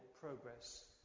progress